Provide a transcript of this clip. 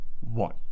one